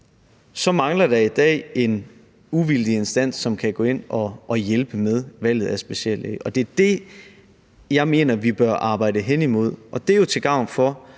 mangler der i dag en uvildig instans, som kan gå ind og hjælpe med valget af speciallæge, og det er det, jeg mener at vi bør arbejde hen imod, og det er jo til gavn for